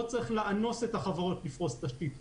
לא צריך לאנוס את החברות לפרוס תשתית.